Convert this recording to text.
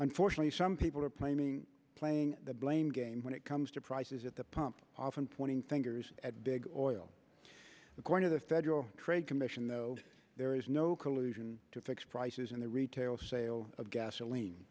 unfortunately some people are playing playing the blame game when it comes to prices at the pump often pointing fingers at dig oil the corner the federal trade commission no there is no collusion to fix prices and the retail sale of gasoline